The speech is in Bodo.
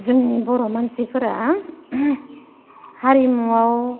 जोंनि बर' मानसिफोरा हारिमुआव